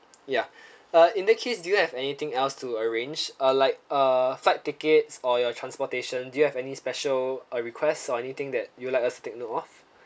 ya uh in the case do you have anything else to arrange uh like uh flight tickets or your transportation do you have any special uh requests or anything that you would like us to take note of